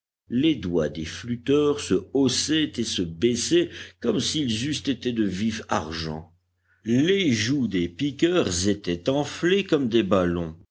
les doigts des flûteurs se haussaient et se baissaient comme s'ils eussent été de vif-argent les joues des piqueurs étaient enflées comme des ballons